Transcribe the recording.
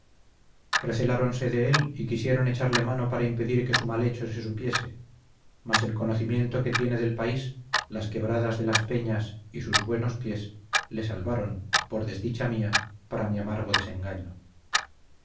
receláronse de él y quisieron echarle mano para impedir que su mal hecho se supiese mas el conocimiento que tiene del país las quebradas de las peñas y sus buenos pies le salvaron por desdicha mía para mi amargo desengaño